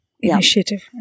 initiative